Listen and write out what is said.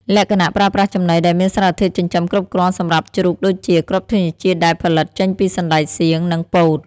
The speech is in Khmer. លក្ខណៈ ប្រើប្រាស់ចំណីដែលមានសារធាតុចិញ្ចឹមគ្រប់គ្រាន់សម្រាប់ជ្រូកដូចជា គ្រាប់ធញ្ញជាតិដែលផលិតចេញពីសណ្ដែកសៀង និងពោត។